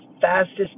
fastest